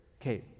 okay